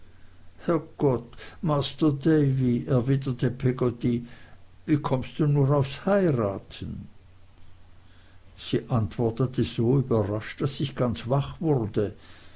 gott master davy erwiderte peggotty wie kommst du nur aufs heiraten sie antwortete so überrascht daß ich ganz wach wurde